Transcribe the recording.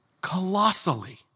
colossally